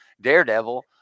Daredevil